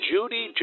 Judy